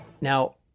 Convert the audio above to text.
Now